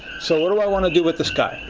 so what do i want to do with the sky?